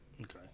Okay